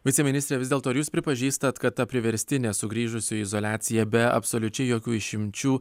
viceministre vis dėlto ar jūs pripažįstat kad ta priverstinė sugrįžusiųjų izoliacija be absoliučiai jokių išimčių